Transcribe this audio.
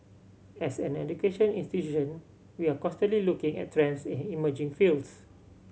as an education institution we are constantly looking at trends and emerging fields